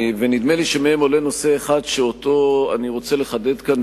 ונדמה לי שעולה מהם נושא אחד שאותו אני רוצה לחדד כאן,